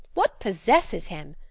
what possesses him!